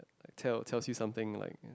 like tell tells your something like